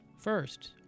First